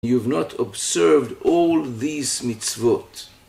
You've not observed all these mitzvot.